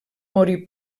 morir